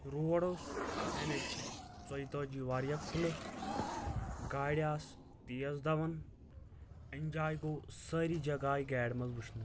road اوس N H ژویہِ تٲجی واریاہ کھُلہٕ گاڑِ آسہٕ تیز دوان اینجاے گوو ساری جگہہ آیہِ گٲڈِ منٛز وُچھنہٕ